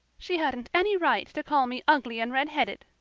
she hadn't any right to call me ugly and redheaded,